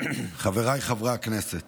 חבריי חברי הכנסת,